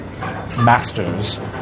masters